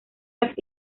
las